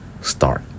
start